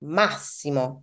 massimo